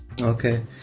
Okay